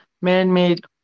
man-made